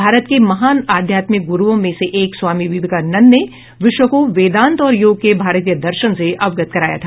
भारत के महान आध्यात्मिक गुरुओं में से एक स्वामी विवेकानंद ने विश्व को वेदांत और योग के भारतीय दर्शन से अवगत कराया था